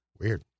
weird